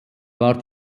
war